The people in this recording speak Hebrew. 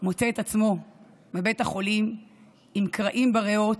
מוצא את עצמו בבית החולים עם קרעים בריאות,